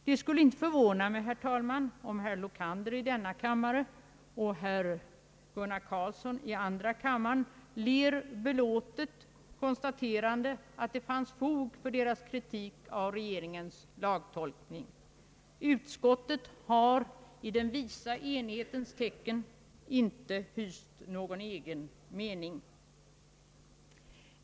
Det skulle inte förvåna mig om herr Lokander i denna kammare och herr Gunnar Carlsson i andra kammaren ler belåtet konstaterande att det fanns fog för deras kritik av regeringens lagtolkning. Utskottet har i den visa enighetens tecken avstått från att hysa någon egen mening.